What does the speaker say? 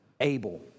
Abel